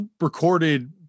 recorded